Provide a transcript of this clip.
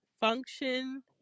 function